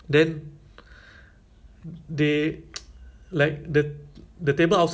so that means like the four of you ah or three of you kan will face the same direction you know